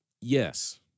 yes